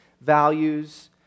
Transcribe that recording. values